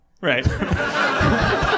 Right